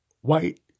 white